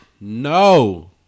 No